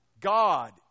God